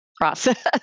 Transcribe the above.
process